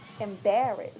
embarrassed